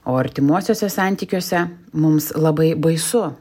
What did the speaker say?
o artimuose santykiuose mums labai baisu